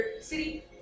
city